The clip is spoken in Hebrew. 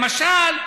למשל,